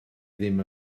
ddim